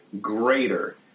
greater